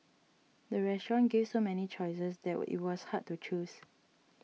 the restaurant gave so many choices that will it was hard to choose